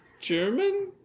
German